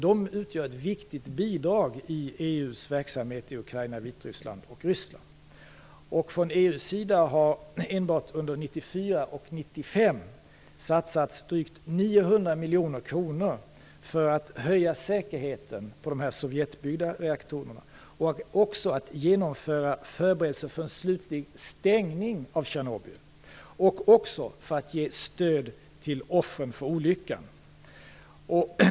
Detta utgör ett viktigt bidrag till EU:s verksamhet i Från EU:s sida har enbart under 1994 och 1995 satsats drygt 900 miljoner kronor för att höja säkerheten på de sovjetbyggda reaktorerna, för att förbereda en slutlig stängning av Tjernobyl och även för att ge stöd till offren för olyckan.